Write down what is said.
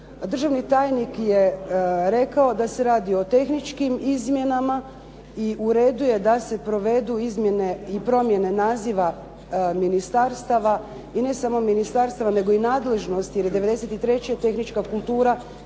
Državni tajnik je rekao da se radi o tehničkim izmjenama i u redu je da se provedu izmjene i promjene naziva ministarstava, i ne samo ministarstava nego i nadležnosti jer je '93. tehnička kultura